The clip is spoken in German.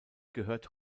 gehört